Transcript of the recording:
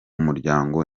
muryango